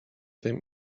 them